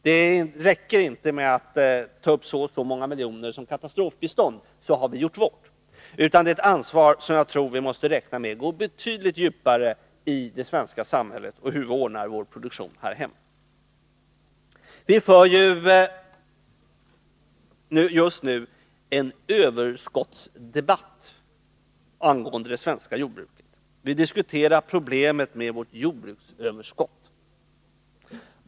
Det räcker inte med att anslå si eller så många miljoner i katastrofbistånd, utan vi måste räkna med att ta ett ansvar som går betydligt djupare i det svenska samhället och som sammanhänger med vår jordbruksproduktion här hemma. Vi för just nu en överskottsdebatt angående det svenska jordbruket. Vi diskuterar problemet med vårt jordbruksöverskott.